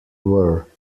were